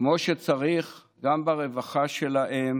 כמו שצריך, גם ברווחה שלהם